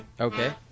Okay